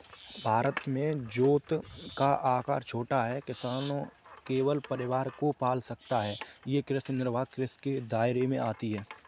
भारत में जोत का आकर छोटा है, किसान केवल परिवार को पाल सकता है ये कृषि निर्वाह कृषि के दायरे में आती है